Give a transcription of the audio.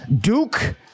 duke